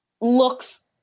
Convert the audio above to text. looks